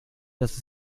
dass